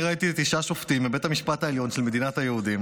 אני ראיתי תשעה שופטים בבית המשפט העליון של מדינת היהודים